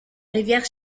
rivière